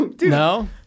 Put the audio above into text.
No